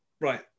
Right